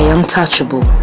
Untouchable